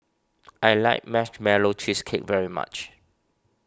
I like Marshmallow Cheesecake very much